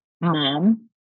Mom